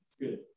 Good